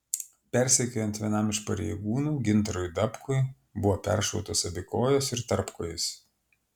persekiojant vienam iš pareigūnų gintarui dabkui buvo peršautos abi kojos ir tarpkojis